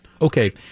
okay